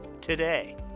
today